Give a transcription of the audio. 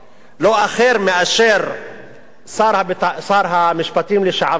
אחר מאשר שר המשפטים לשעבר,